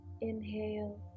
Inhale